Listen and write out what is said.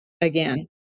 again